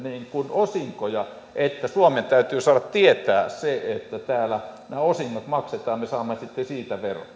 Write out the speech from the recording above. osinkoja että suomen täytyy saada tietää se että täällä nämä osingot maksetaan me saamme sitten siitä